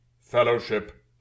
fellowship